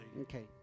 Okay